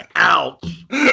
Ouch